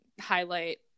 highlight